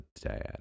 dad